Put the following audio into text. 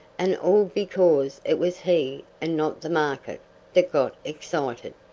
and all because it was he and not the market that got excited.